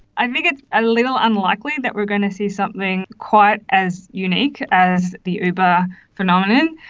i think it's a little unlikely that we are going to see something quite as unique as the uber phenomenon.